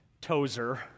Tozer